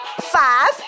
five